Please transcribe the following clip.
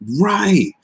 Right